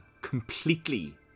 completely